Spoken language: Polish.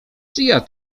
czyja